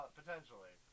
potentially